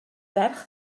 ferch